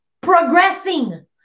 progressing